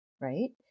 right